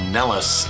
Nellis